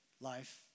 life